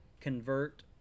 convert